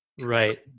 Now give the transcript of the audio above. Right